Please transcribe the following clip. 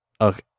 Okay